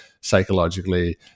psychologically